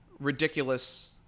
ridiculous